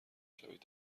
شوید